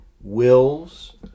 wills